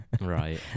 Right